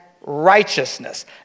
righteousness